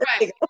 right